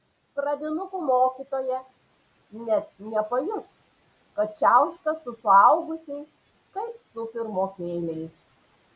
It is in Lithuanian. pradinukų mokytoja net nepajus kad čiauška su suaugusiais kaip su pirmokėliais